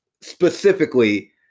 specifically –